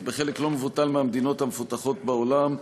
בחלק לא מבוטל מהמדינות המפותחות בעולם,